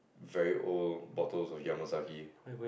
very old bottles of yamasake